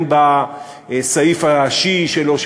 הן בסעיף השיעי שלו,